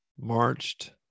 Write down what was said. marched